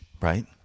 right